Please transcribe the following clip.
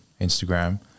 Instagram